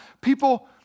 people